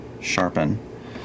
sharpen